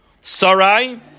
Sarai